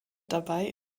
dabei